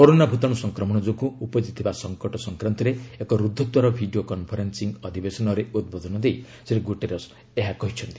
corona ଭୂତାଣୁ ସଂକ୍ରମଣ ଯୋଗୁଁ ଉପୁଜିଥିବା ସଂକଟ ସଂକ୍ରାନ୍ତରେ ଏକ ରୁଦ୍ଧଦ୍ୱାର ଭିଡ଼ିଓ କନ୍ଫରେନ୍ନିଙ୍ଗ୍ ଅଧିବେଶନରେ ଉଦ୍ବୋଧନ ଦେଇ ଶ୍ରୀ ଗୁଟେରସ୍ ଏହା କହିଛନ୍ତି